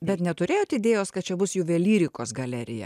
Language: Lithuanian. bet neturėjot idėjos kad čia bus juvelyrikos galerija